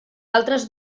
altres